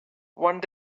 one